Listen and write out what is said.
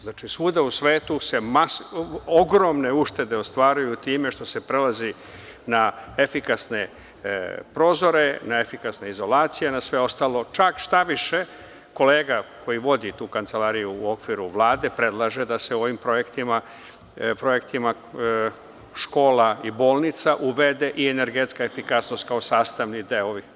Znači, svuda u svetu se ogromne uštede ostvaruju time što se prelazi na efikasne prozore, na efikasne izolacije, na sve ostalo, šta više, kolega koji vodi tu kancelariju u okviru Vlade predlaže da se ovim projektima škola i bolnica uvede i energetska efikasnost, kao sastavni deo.